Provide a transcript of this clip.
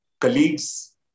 colleagues